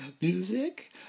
music